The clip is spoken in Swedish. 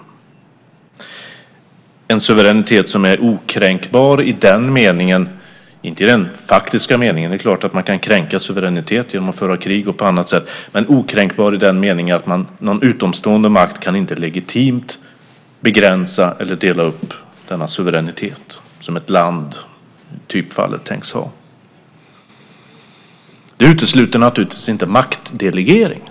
Det är en suveränitet som är okränkbar, inte i den faktiska meningen - det är klart att man kränka suveränitet genom att föra krig och på annat sätt - men i den meningen att någon utomstående makt inte legitimt kan begränsa eller dela upp denna suveränitet som ett land, i typfallet, tänks ha. Det utesluter naturligtvis inte maktdelegering.